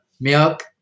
milk